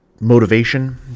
Motivation